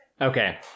Okay